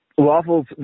Waffles